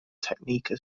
technique